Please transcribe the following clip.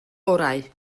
orau